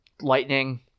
lightning